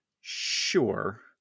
Sure